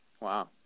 wow